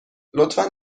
لطفا